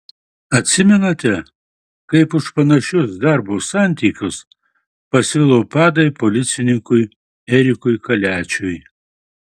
atsimenate kaip už panašius darbo santykius pasvilo padai policininkui erikui kaliačiui